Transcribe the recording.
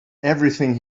everything